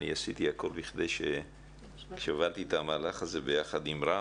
אני עשיתי הכול כאשר הובלתי את המהלך הזה ביחד עם רם,